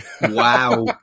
Wow